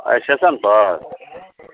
आइ स्टेशनपर कहलियै की